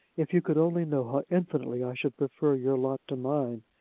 if you could only know how infinitely i should prefer your lot to mine!